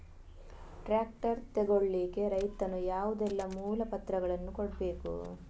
Tractor ತೆಗೊಳ್ಳಿಕೆ ರೈತನು ಯಾವುದೆಲ್ಲ ಮೂಲಪತ್ರಗಳನ್ನು ಕೊಡ್ಬೇಕು?